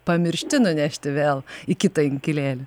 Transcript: pamiršti nunešti vėl į kitą inkilėlį